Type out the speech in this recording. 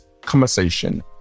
conversation